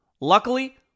Luckily